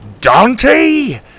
Dante